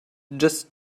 just